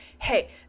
Hey